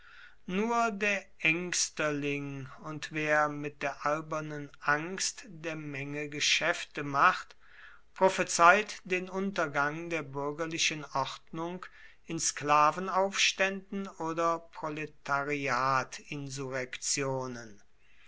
nur der ängsterling und wer mit der albernen angst der menge geschäfte macht prophezeit den untergang der bürgerlichen ordnung in sklavenaufständen oder